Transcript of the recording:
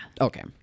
okay